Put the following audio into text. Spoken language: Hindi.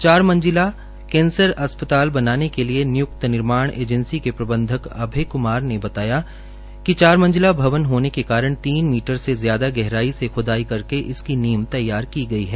चार मंजिला कैंसर अस्पताल बनाने के लिए निय्क्त निर्माण एंजैसी के प्रबंधक अभय क्मार ने बताया कि चार मंजिला भवन होने के कारण तीन मीटर से ज्यादा गहराई से ख्दाई करके इसकी नींव तैयार की गई है